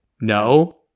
No